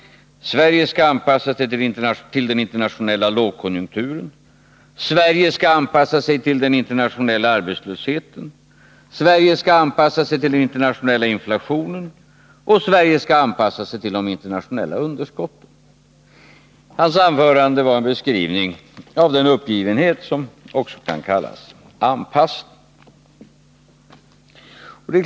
Sverige skall anpassa sig till den internationella lågkonjunkturen, Sverige skall anpassa sig till den internationella arbetslösheten, Sverige skall anpassa sig till den internationella inflationen och Sverige skall anpassa sig till de internationella underskotten. Hans anförande var en beskrivning av den uppgivenhet som också kan kallas anpassning.